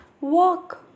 Walk